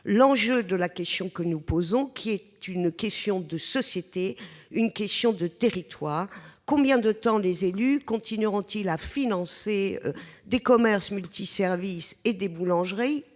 Rennes. La question que nous posons est une question de société, une question de territoire. Combien de temps les élus continueront-ils à financer des commerces multiservices et des boulangeries